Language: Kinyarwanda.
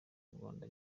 rwanda